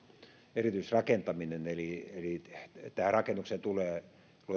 erityisrakentaminen eli eli tähän rakennukseen tulee